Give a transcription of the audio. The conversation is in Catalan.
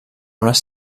unes